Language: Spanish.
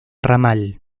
ramal